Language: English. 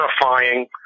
terrifying